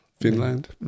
Finland